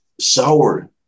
sour